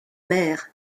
mer